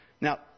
Now